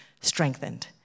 strengthened